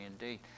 indeed